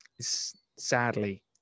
Sadly